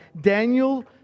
Daniel